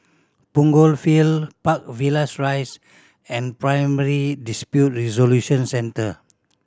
Punggol Field Park Villas Rise and Primary Dispute Resolution Centre